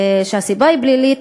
שהסיבה היא פלילית,